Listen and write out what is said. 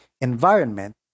environment